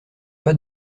pas